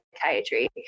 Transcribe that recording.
psychiatry